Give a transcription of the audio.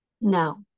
No